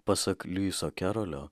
pasak luiso kerolio